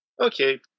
Okay